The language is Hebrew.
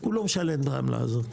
הוא לא משלם את העמלה הזאת.